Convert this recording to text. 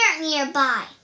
nearby